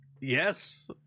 Yes